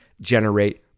generate